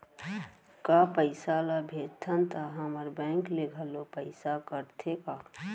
का पइसा ला भेजथन त हमर बैंक ले घलो पइसा कटथे का?